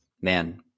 man